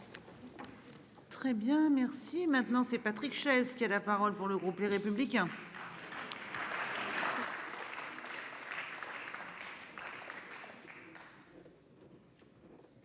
Très bien merci. Maintenant c'est Patrick Chaize qui a la parole pour le groupe Les Républicains.